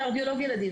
קרדיולוג ילדים.